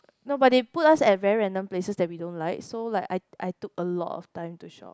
nobody put us and very random places that we don't like so like I I took a lot of time to shop